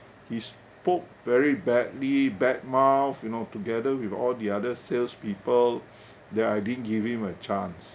he spoke very badly bad-mouth you know together with all the other sales people that I didn't give him a chance